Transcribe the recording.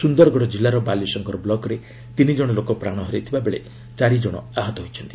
ସୁନ୍ଦରଗଡ଼ ଜିଲ୍ଲାର ବାଲିଶଙ୍କର ବ୍ଲୁକ୍ରେ ତିନି ଜଣ ଲୋକ ପ୍ରାଣ ହରାଇଥିବା ବେଳେ ଚାରି ଜଣ ଆହତ ହୋଇଛନ୍ତି